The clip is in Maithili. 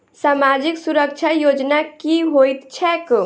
सामाजिक सुरक्षा योजना की होइत छैक?